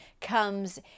comes